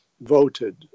voted